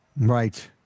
right